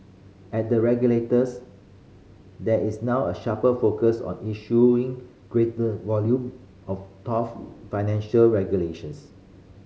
at the regulators there is now a sharper focus on issuing greater volume of tough financial regulations